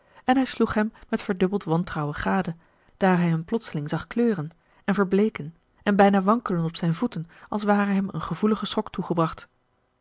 en hij sloeg hem met verdubbeld wantrouwen gade daar hij hem plotseling zag kleuren en verbleeken en bijna wankelen op zijne voeten als ware hem een gevoelige schok toegebracht